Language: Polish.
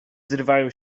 zrywają